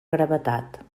gravetat